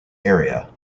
area